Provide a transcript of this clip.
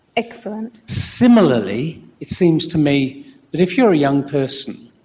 excellent. similarly it seems to me that if you are a young person,